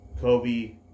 Kobe